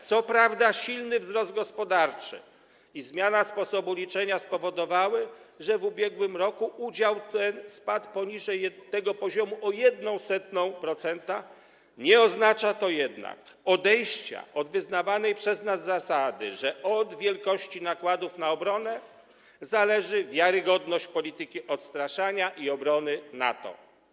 Co prawda silny wzrost gospodarczy i zmiana sposobu liczenia spowodowały, że w ubiegłym roku udział ten spadł poniżej tego poziomu o 0,01%, nie oznacza to jednak odejścia od wyznawanej przez nas zasady, że od wielkości nakładów na obronę zależy wiarygodność polityki odstraszania i obrony NATO.